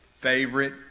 Favorite